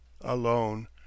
ALONE